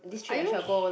are you su~